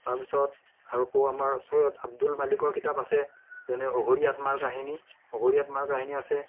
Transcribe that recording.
তাৰপিছত আকৌ আমাৰ চৈয়দ আব্দুল মালিকৰ কিতাপ আছে যেনে অঘৰী আত্মাৰ কাহিনী অঘৰী আত্মাৰ কাহিনী আছে